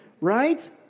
right